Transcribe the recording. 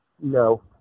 no